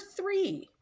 three